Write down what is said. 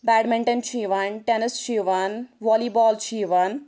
bad مِنٹَن چھُ یِوان ٹیٚنٕس چھُ یِوان والی بال چھُ یِوان